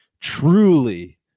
truly